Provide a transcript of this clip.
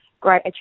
great